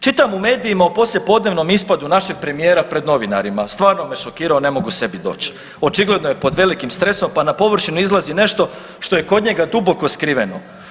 Čitam u medijima u poslijepodnevnom ispadu našeg premijera pred novinarima, stvarno me šokirao ne mogu sebi doć, očigledno je pod velikim stresom, pa na površinu izlazi nešto što je kod njega duboko skriveno.